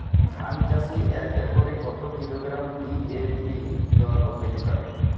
ধান চাষে এক একরে কত কিলোগ্রাম ডি.এ.পি দেওয়া যেতে পারে?